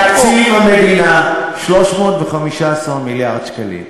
תקציב המדינה, 315 מיליארד שקלים.